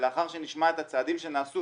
ולאחר שנשמע את הצעדים שנעשו,